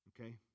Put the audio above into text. okay